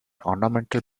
ornamental